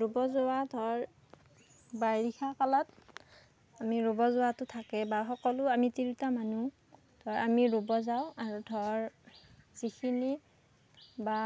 ৰুব যোৱা ধৰ বাৰিষা কালত আমি ৰুব যোৱাটো থাকে বা সকলো আমি তিৰোতা মানুহ ধৰ আমি ৰুব যাওঁ আৰু ধৰ যিখিনি বা